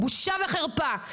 בושה וחרפה,